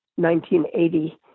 1980